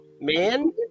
man